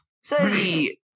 say